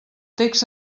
text